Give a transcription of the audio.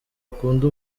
akunda